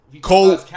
Cole